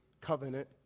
Covenant